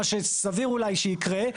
מה שסביר אולי שיקרה.